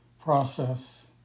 process